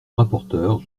rapporteur